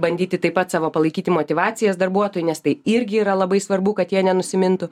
bandyti taip pat savo palaikyti motyvacijas darbuotojui nes tai irgi yra labai svarbu kad jie nenusimintų